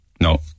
No